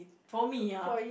for me uh